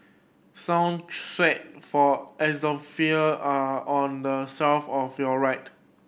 song for are on the shelf of your right